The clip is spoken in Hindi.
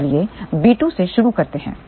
तो चलिए बी 2 से शुरू करते हैं